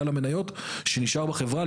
בעל המניות שנשאר בחברה,